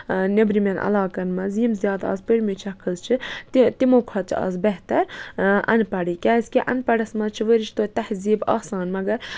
نیٚبرِمٮ۪ن علاقَن منٛز یِم زیادٕ اَز پٔرۍمٕتۍ شخٕص چھِ تہِ تِمو کھۄتہٕ چھِ اَز بہتر اَن پَڑٕے کیٛازِکہِ اَن پَڑَس منٛز چھِ ؤرِش توتہِ تہذیٖب آسان مگر